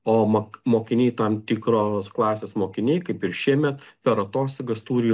o mak mokiniai tam tikros klasės mokiniai kaip ir šiemet per atostogas turi